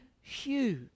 huge